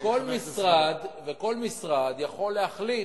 וכל משרד יכול להחליט,